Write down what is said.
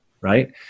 right